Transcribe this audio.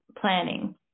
planning